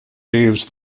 leaves